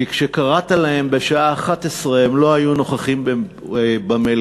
כי כשקראת להם בשעה 11:00 הם לא היו נוכחים במליאה